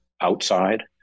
outside